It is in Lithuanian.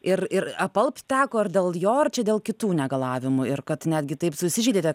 ir ir apalpt teko ar dėl jo ar čia dėl kitų negalavimų ir kad netgi taip susižeidėte